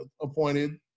appointed